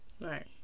Right